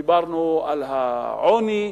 דיברנו על העוני,